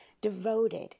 devoted